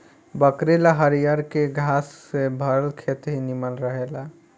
बकरी ला हरियरके घास से भरल खेत ही निमन रहेला